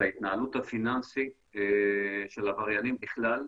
שההתנהלות הפיננסית של עבריינים בכלל,